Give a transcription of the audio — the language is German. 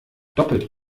doppelt